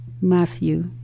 Matthew